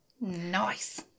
Nice